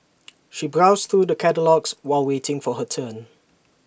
she browsed through the catalogues while waiting for her turn